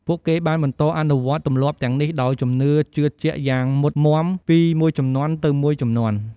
ពួកគេបានបន្តអនុវត្តទម្លាប់ទាំងនេះដោយជំនឿជឿជាក់យ៉ាងម៉ុតមាំពីមួយជំនាន់ទៅមួយជំនាន់។